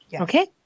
Okay